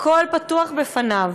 הכול פתוח בפניו,